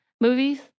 movies